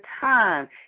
time